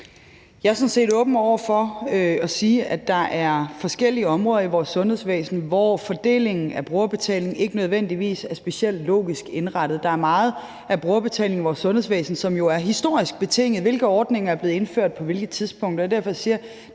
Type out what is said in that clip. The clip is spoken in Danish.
Jeg er sådan set åben over for at sige, at der er forskellige områder i vores sundhedsvæsen, hvor fordelingen af brugerbetaling ikke nødvendigvis er specielt logisk indrettet. Der er meget af brugerbetalingen i vores sundhedsvæsen, som jo er historisk betinget, altså det er betinget af, hvilke ordninger der er blevet indført på hvilke tidspunkter.